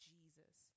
Jesus